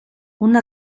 una